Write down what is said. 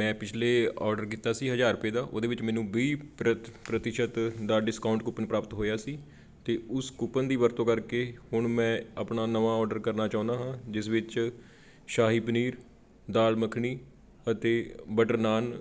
ਮੈਂ ਪਿਛਲੇ ਔਡਰ ਕੀਤਾ ਸੀ ਹਜ਼ਾਰ ਰੁਪਏ ਦਾ ਉਹਦੇ ਵਿੱਚ ਮੈਨੂੰ ਵੀਹ ਪ੍ਰਤ ਪ੍ਰਤੀਸ਼ਤ ਦਾ ਡਿਸਕਾਊਂਟ ਕੂਪਨ ਪ੍ਰਾਪਤ ਹੋਇਆ ਸੀ ਅਤੇ ਉਸ ਕੂਪਨ ਵਰਤੋਂ ਕਰਕੇ ਹੁਣ ਮੈਂ ਆਪਣਾ ਨਵਾਂ ਔਡਰ ਕਰਨਾ ਚਾਹੁੰਦਾ ਹਾਂ ਜਿਸ ਵਿੱਚ ਸ਼ਾਹੀ ਪਨੀਰ ਦਾਲ ਮੱਖਣੀ ਅਤੇ ਬਟਰ ਨਾਨ